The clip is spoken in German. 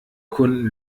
kunden